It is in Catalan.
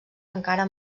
encara